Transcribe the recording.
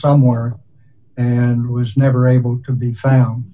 somewhere and was never able to be found